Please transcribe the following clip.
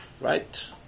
Right